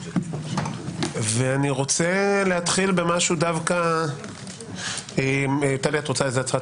אני רוצה להתחיל טלי, רוצה הצהרת פתיחה?